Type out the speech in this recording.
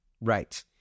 Right